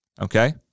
okay